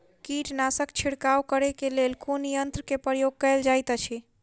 कीटनासक छिड़काव करे केँ लेल कुन यंत्र केँ प्रयोग कैल जाइत अछि?